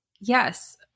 Yes